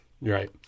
right